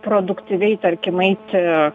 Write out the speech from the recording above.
produktyviai tarkim eiti